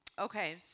Okay